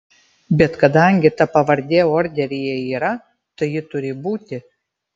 bet kadangi ta pavardė orderyje yra tai ji turi būti